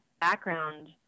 background